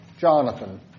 Jonathan